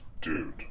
dude